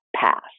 pass